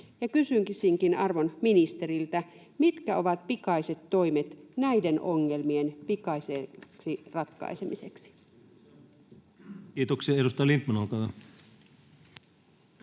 Kysyisinkin arvon ministeriltä: mitkä ovat pikaiset toimet näiden ongelmien pikaiseksi ratkaisemiseksi? Kiitoksia. — Edustaja Lindtman, olkaa hyvä.